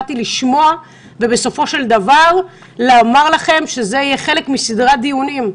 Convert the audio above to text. באתי לשמוע ובסופו של דבר לומר לכם שזה יהיה חלק מסדרת דיונים.